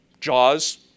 jaws